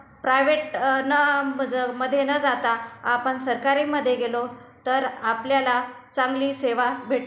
private न मज् मधे न जाता आपण सरकारीमध्ये गेलो तर आपल्याला चांगली सेवा भेटेल